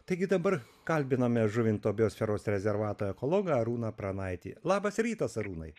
taigi dabar kalbiname žuvinto biosferos rezervato ekologą arūną pranaitį labas rytas arūnui